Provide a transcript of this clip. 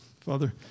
Father